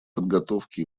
подготовки